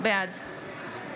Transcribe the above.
בעד